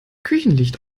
küchenlicht